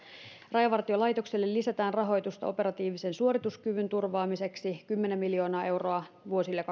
rajavartiolaitokselle lisätään rahoitusta operatiivisen suorituskyvyn turvaamiseksi kymmenen miljoonaa euroa vuosille kaksikymmentäyksi ja